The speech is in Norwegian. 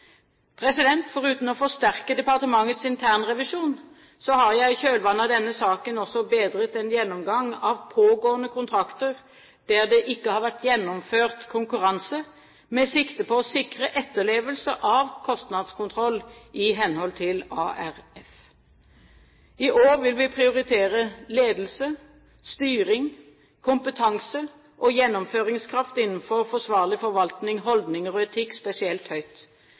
å forsterke departementets internrevisjon har jeg i kjølvannet av denne saken også beordret en gjennomgang av pågående kontrakter der det ikke har vært gjennomført konkurranse med sikte på å sikre etterlevelse av kostnadskontroll i henhold til ARF. I år vil vi prioritere ledelse, styring, kompetanse og gjennomføringskraft innenfor forsvarlig forvaltning, holdninger og etikk spesielt høyt.